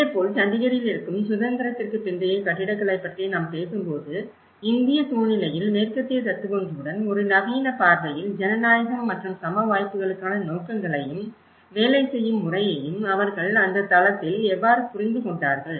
இதேபோல் சண்டிகரில் இருக்கும் சுதந்திரத்திற்குப் பிந்தைய கட்டிடக்கலை பற்றி நாம் பேசும்போது இந்திய சூழ்நிலையில் மேற்கத்திய தத்துவங்களுடன் ஒரு நவீன பார்வையில் ஜனநாயகம் மற்றும் சம வாய்ப்புகளுக்கான நோக்கங்களையும் வேலை செய்யும் முறையையும் அவர்கள் அந்த தளத்தில் எவ்வாறு புரிந்துகொண்டார்கள்